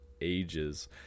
ages